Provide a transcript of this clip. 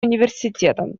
университетом